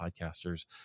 podcasters